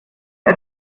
uns